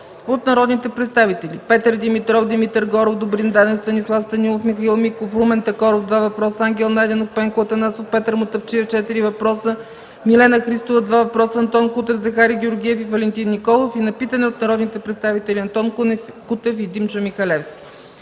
от народните представители Петър Димитров, Димитър Горов, Добрин Данев, Станислав Станилов, Михаил Миков, Румен Такоров – два въпроса, Ангел Найденов, Пенко Атанасов, Петър Мутафчиев – четири въпроса, Милена Христова – два въпроса, Антон Кутев, Захари Георгиев, и Валентин Николов и на питане от народните представители Антон Кутев и Димчо Михалевски.